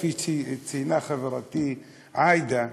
כפי שציינה חברתי עאידה,